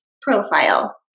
profile